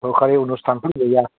सोरखारि अनुस्थानफोर गैया